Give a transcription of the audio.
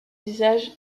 usages